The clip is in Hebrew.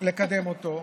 לקדם אותו,